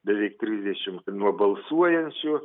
beveik dvidešimt nuo balsuojančių